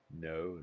No